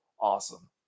awesome